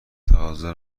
تقاضا